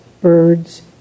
birds